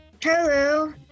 Hello